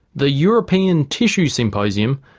the european tissue symposium,